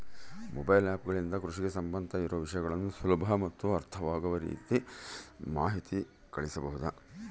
Mobile app ಗಳಿಂದ ಕೃಷಿಗೆ ಸಂಬಂಧ ಇರೊ ವಿಷಯಗಳನ್ನು ಸುಲಭ ಮತ್ತು ಅರ್ಥವಾಗುವ ರೇತಿ ಮಾಹಿತಿ ಕಳಿಸಬಹುದಾ?